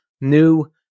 new